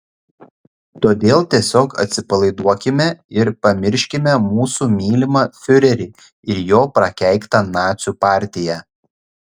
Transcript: todėl tiesiog atsipalaiduokime ir pamirškime mūsų mylimą fiurerį ir jo prakeiktą nacių partiją